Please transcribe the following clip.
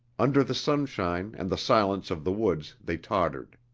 under the sunshine and the silence of the woods they tottered.